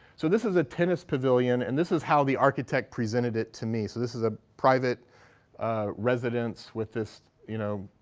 so this is a tennis pavilion, and this is how the architect presented it to me. so this is a private residence with this, you know,